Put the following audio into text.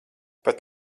pat